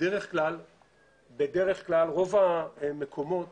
בדרך כלל רוב המקומות